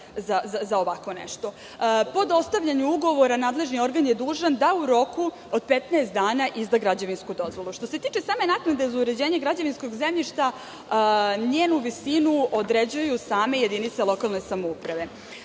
za ovako nešto. Po dostavljanju ugovora nadležni organ je dužan da u roku od 15 dana izda građevinsku dozvolu. Što se tiče same naknade za uređenje gradskog građevinskog zemljišta, njenu visinu određuju same jedinice lokalne samouprave.